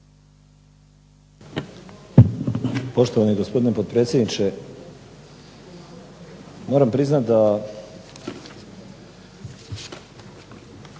Poštovani gospodine potpredsjedniče. Moram priznati da